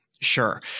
Sure